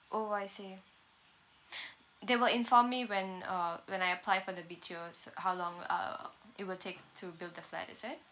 orh I see they will inform me when uh when I apply for the B_T_Os how long uh it will take to build the flat is it